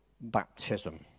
baptism